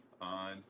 on